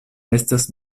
estas